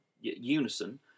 unison